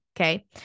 okay